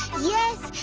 yes,